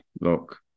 Look